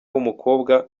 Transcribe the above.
w’umukobwa